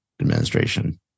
Administration